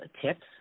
tips